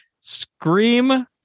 Scream